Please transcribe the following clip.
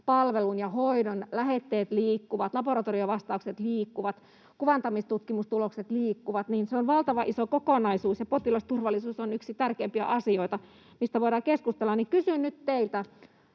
palvelun ja hoidon, lähetteet liikkuvat, laboratoriovastaukset liikkuvat, kuvantamistutkimustulokset liikkuvat — eli se on valtavan iso kokonaisuus, ja potilasturvallisuus on yksi tärkeimpiä asioita, mistä voidaan keskustella. Kysyn nyt teiltä,